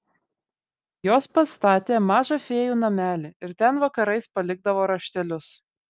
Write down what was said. jos pastatė mažą fėjų namelį ir ten vakarais palikdavo raštelius